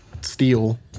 Steel